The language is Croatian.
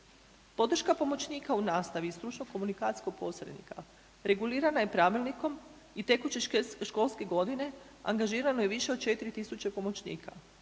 Podrška pomoćnika u nastavi i stručno-komunikacijskog posrednika regulirana je pravilnikom i tekuće školske godine angažirano je više od 4.000 pomoćnika